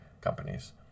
companies